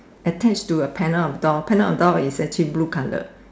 attached to a panel of door panel of door is actually blue colour